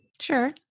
Sure